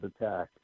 attack